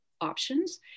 options